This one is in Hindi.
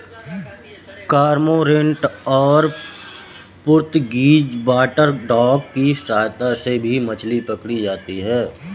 कर्मोंरेंट और पुर्तगीज वाटरडॉग की सहायता से भी मछली पकड़ी जाती है